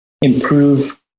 Improve